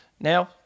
Now